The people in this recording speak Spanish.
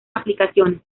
aplicaciones